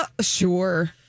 Sure